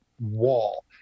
wall